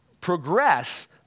progress